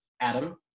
Adam